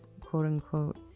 quote-unquote